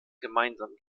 gemeinsam